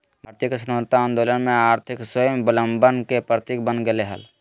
भारत के स्वतंत्रता आंदोलन में आर्थिक स्वाबलंबन के प्रतीक बन गेलय हल